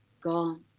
gone